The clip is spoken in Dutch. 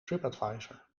tripadvisor